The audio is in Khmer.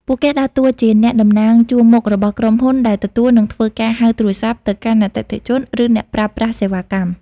ពួកគេដើរតួជាអ្នកតំណាងជួរមុខរបស់ក្រុមហ៊ុនដែលទទួល និងធ្វើការហៅទូរស័ព្ទទៅកាន់អតិថិជន ឬអ្នកប្រើប្រាស់សេវាកម្ម។